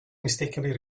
mistakenly